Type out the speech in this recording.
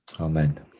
Amen